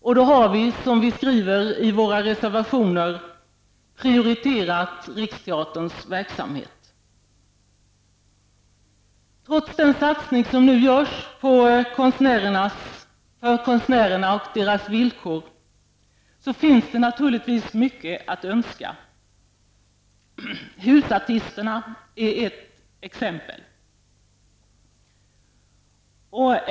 Vi har då, som vi skriver i våra reservationer, prioriterat Trots den satsning som nu görs på konstnärera och deras villkor finns det naturligtvis mycket övrigt att önska. Bidrag till husartister är ett exempel.